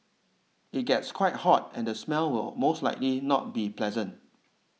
it gets quite hot and the smell will most likely not be pleasant